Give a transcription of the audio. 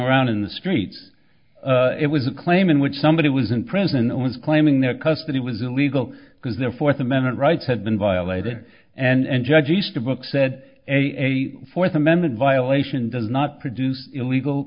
around in the streets it was a claim in which somebody was in prison and was claiming that custody was illegal because their fourth amendment rights had been violated and judge easterbrook said a fourth amendment violation does not produce illegal